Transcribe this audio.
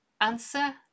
answer